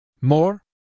More